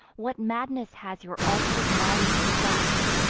what madness has your alter'd minds possess'd,